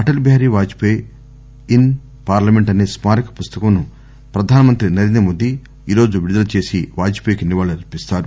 Atal Bihari was పేయి in parliament అనే స్కారక పుస్తకంను ప్రధాన మంత్రి నరేంద్రమోదీ ఈ రోజు విడుదల చేసి వాజ్ పేయికి నివాళ్లర్పిస్తారు